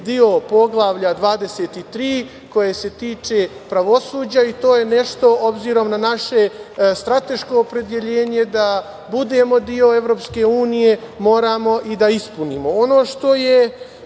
deo Poglavlja 23, koje se tiče pravosuđa i to je nešto, obzirom na naše strateško opredeljenje, da budemo deo EU, moramo i da ispunimo. Ono